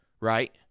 right